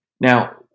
Now